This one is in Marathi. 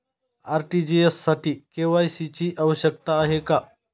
आर.टी.जी.एस साठी के.वाय.सी ची आवश्यकता आहे का?